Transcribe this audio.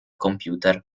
computer